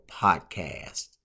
Podcast